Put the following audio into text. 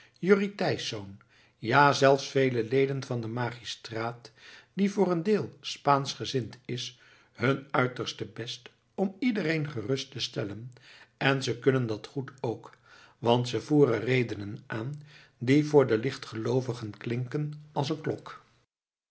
jurrie thijsz ja zelfs vele leden van den magistraat die voor een deel spaanschgezind is hun uiterste best om iedereen gerust te stellen en ze kunnen dat goed ook want ze voeren redenen aan die voor de lichtgeloovigen klinken als eene klok